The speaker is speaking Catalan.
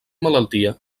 malaltia